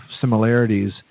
similarities